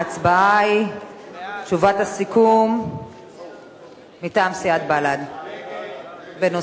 ההצבעה היא על הצעת הסיכום מטעם סיעת בל"ד בנושא